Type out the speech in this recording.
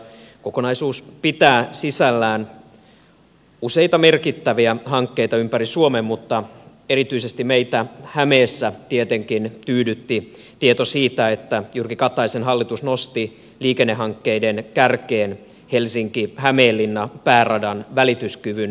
kokonaisuus pitää sisällään useita merkittäviä hankkeita ympäri suomen mutta erityisesti meitä hämeessä tietenkin tyydytti tieto siitä että jyrki kataisen hallitus nosti liikennehankkeiden kärkeen helsinkihämeenlinna pääradan välityskyvyn parantamisen